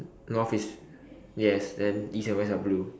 North is yes then east and west are blue